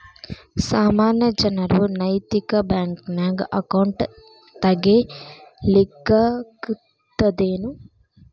ಸಾಮಾನ್ಯ ಜನರು ನೈತಿಕ ಬ್ಯಾಂಕ್ನ್ಯಾಗ್ ಅಕೌಂಟ್ ತಗೇ ಲಿಕ್ಕಗ್ತದೇನು?